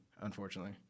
Unfortunately